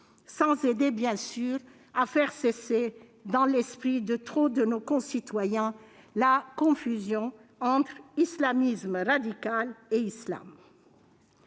pas, bien sûr, à faire cesser, dans l'esprit de trop de nos concitoyens, la confusion entre islamisme radical et islam.